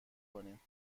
بکینم